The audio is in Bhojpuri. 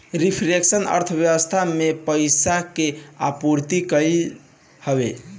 रिफ्लेक्शन अर्थव्यवस्था में पईसा के आपूर्ति कईल हवे